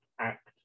act